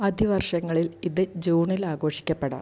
അധിവർഷങ്ങളിൽ ഇത് ജൂണിൽ ആഘോഷിക്കപ്പെടാം